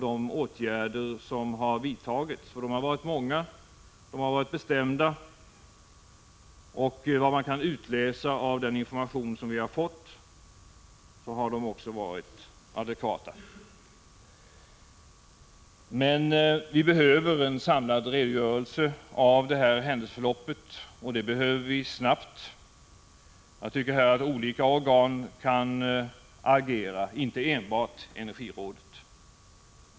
De åtgärder som har vidtagits har varit många och kraftfulla. Såvitt man kan utläsa av den information som vi har fått har de också varit adekvata. Men vi behöver en samlad redogörelse för detta händelseförlopp, och det snart. Jag tycker att olika organ kan agera härvidlag, inte enbart energirådet.